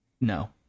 No